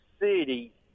city